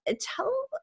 tell